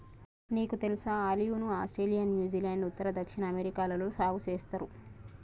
నీకు తెలుసా ఆలివ్ ను ఆస్ట్రేలియా, న్యూజిలాండ్, ఉత్తర, దక్షిణ అమెరికాలలో సాగు సేస్తారు